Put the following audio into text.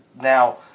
now